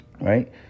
right